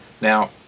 Now